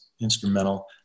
instrumental